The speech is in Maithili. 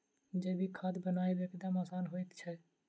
जैविक खाद बनायब एकदम आसान होइत छै